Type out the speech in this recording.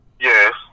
Yes